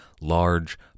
large